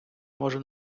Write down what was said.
може